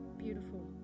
Beautiful